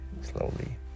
Slowly